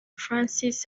francis